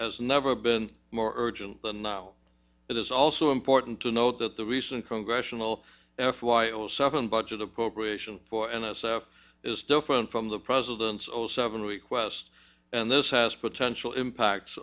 as never been more urgent than now it is also important to note that the recent congressional f y o seven budget appropriation for n s f is different from the president's all seven requests and this has potential impact